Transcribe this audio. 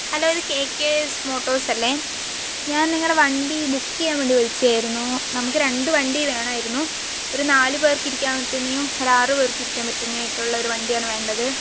hello ഇത് K K S Motors അല്ലെ ഞാൻ നിങ്ങളുടെ വണ്ടി ബുക്ക് ചെയ്യാൻ വേണ്ടി വിളിച്ചതായിരുന്നു നമ്മൾക്ക് രണ്ട് വണ്ടി വേണമായിരുന്നു ഒരു നാലു പേർക്ക് ഇരിക്കാൻ പറ്റുന്നതും ഒരു ആറു പേർക്ക് ഇരിക്കാൻ പറ്റുന്നതും ആയിട്ടുള്ള ഒരു വണ്ടിയാണ് വേണ്ടത്